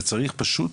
צריך פשוט